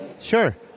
Sure